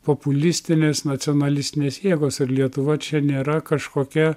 populistinės nacionalistinės jėgos ir lietuva čia nėra kažkokia